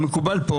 מקובל פה